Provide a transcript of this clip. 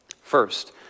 First